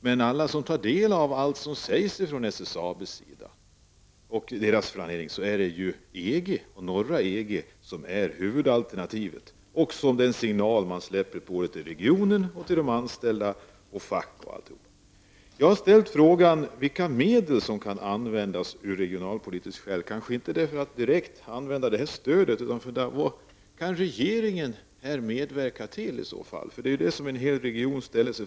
Men när man tar del av allt som sägs från SSABs sida och deras planering, ser man att det är EG, och då särskilt länderna i norra delen av EG-området, som är huvudalternativet. Det är den signal man ger till regionen, de anställda och facket. Jag frågade vilka regionalpolitiska medel regeringen kan använda, kanske utan att direkt utnyttja det regionalpolitiska stödet. Det är den frågan som en hel region ställer sig.